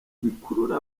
bikurura